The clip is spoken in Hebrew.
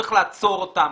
צריך לעצור אותם,